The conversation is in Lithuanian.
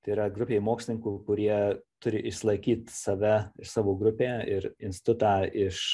tai yra grupė mokslininkų kurie turi išsilaikyt save ir savo grupę ir instutą iš